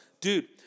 dude